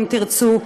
אם תרצו,